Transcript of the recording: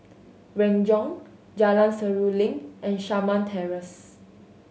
Renjong Jalan Seruling and Shamah Terrace